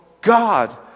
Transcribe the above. God